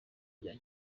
bya